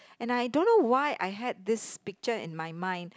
and I don't know why I had this picture in my mind